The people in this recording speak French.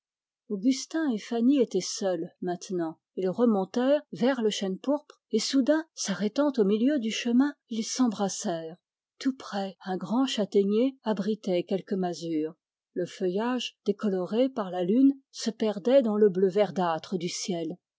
augustin et fanny remontèrent vers le chêne pourpre et soudain s'arrêtant au milieu du chemin ils s'embrassèrent tout près un grand châtaignier abritait quelques masures le feuillage décoloré par la lune se perdait dans le bleu verdâtre du ciel